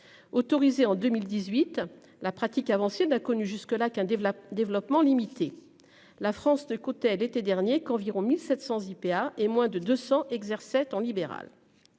autorisé en 2018, la pratique avancée d'connu jusque-là qu'un des développements limités. La France de côté l'été dernier qu'environ 1700 IPA et moins de 200, exerçait en libéral.